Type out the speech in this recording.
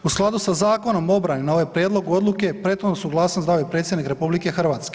U skladu sa Zakonom o obrani na ovaj prijedlog odluke, prethodnu suglasnost dao je Predsjednik RH.